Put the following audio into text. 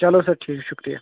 چلو سر ٹھیٖک شُکرِیہ